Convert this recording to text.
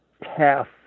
half